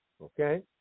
okay